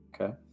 Okay